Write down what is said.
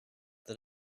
that